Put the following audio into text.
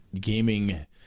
gaming